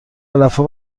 علفها